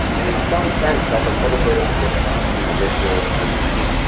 and in some sense that's a little bit of a difference between a ritual and a routine.